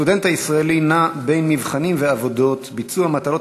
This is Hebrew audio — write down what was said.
הסטודנט הישראלי נע בין מבחנים ועבודות וביצוע מטלות